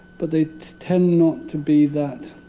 but they tend not to be that